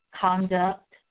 conduct